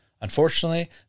Unfortunately